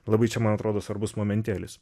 labai čia man atrodo svarbus momentėlis